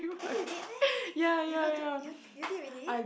eh you did meh you got do you you did already